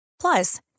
Plus